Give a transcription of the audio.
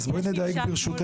ממשק --- אז בואי נדייק ברשותך,